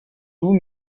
doux